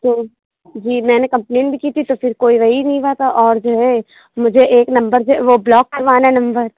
تو جی میں نے کمپلین بھی کی تھی تو پھر کوئی ہو ہی نہیں رہا تھا اور جو ہے مجھے ایک نمبر سے وہ بلاک کروانا ہے نمبر